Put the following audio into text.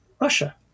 Russia